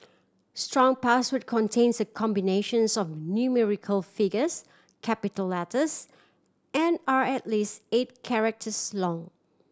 strong password contains a combinations of numerical figures capital letters and are at least eight characters long